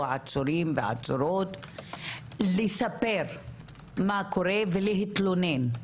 או העצורים והעצורות לספר מה קורה ולהתלונן,